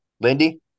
Lindy